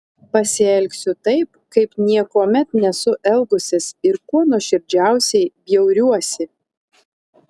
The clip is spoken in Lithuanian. pasielgsiu taip kaip niekuomet nesu elgusis ir kuo nuoširdžiausiai bjauriuosi